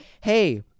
hey